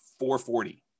440